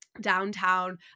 downtown